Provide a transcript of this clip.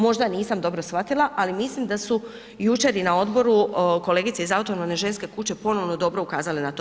Možda nisam dobro shvatila, ali mislim da su jučer i na odboru kolegice iz Autonomne ženske kuće ponovno dobro ukazale na to.